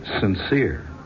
sincere